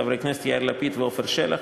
חברי הכנסת יאיר לפיד ועפר שלח,